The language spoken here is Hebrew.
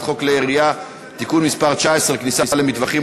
חוק כלי הירייה (תיקון מס' 19) (כניסה למטווחים),